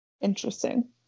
Interesting